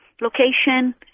location